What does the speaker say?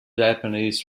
japanese